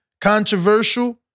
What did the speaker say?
controversial